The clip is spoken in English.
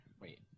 Wait